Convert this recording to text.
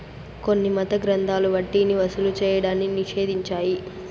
కొన్ని మత గ్రంథాలు వడ్డీని వసూలు చేయడాన్ని నిషేధించాయి